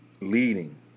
leading